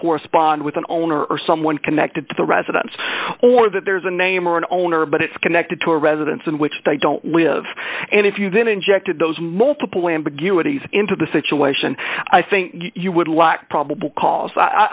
correspond with an owner or someone connected to the residence or that there's a name or an owner but it's connected to a residence in which they don't live and if you then injected those multiple ambiguities into the situation i think you would lack probable cause